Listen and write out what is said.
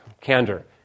candor